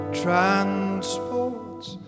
transports